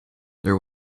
there